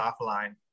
offline